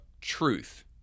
truth